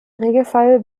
regelfall